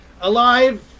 Alive